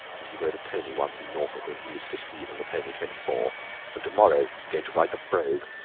and he rode a pony once in norfolk, when he was fifteen and the pony twenty-four and to-morrow he's going to ride the brogue!